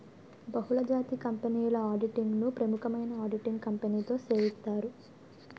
బహుళజాతి కంపెనీల ఆడిటింగ్ ను ప్రముఖమైన ఆడిటింగ్ కంపెనీతో సేయిత్తారు